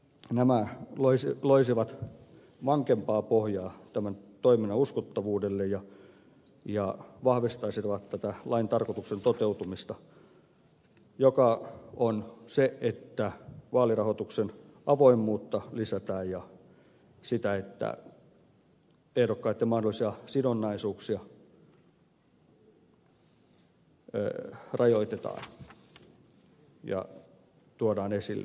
nämä loisivat vankempaa pohjaa tämän toiminnan uskottavuudelle ja vahvistaisivat tätä lain tarkoituksen toteutumista joka on se että vaalirahoituksen avoimuutta lisätään ja ehdokkaitten mahdollisia sidonnaisuuksia rajoitetaan ja tuodaan esille paremmin